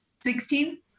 Sixteen